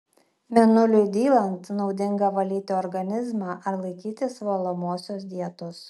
mėnuliui dylant naudinga valyti organizmą ar laikytis valomosios dietos